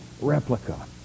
replica